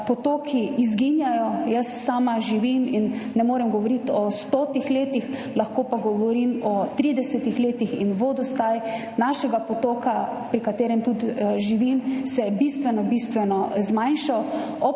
potoki izginjajo. Sama živim, sicer ne morem govoriti o 100 letih, lahko pa govorim o 30 letih, ob potoku in vodostaj našega potoka, pri katerem živim, se je bistveno, bistveno zmanjšal